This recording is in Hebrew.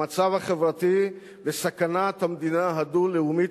המצב החברתי וסכנת המדינה הדו-לאומית,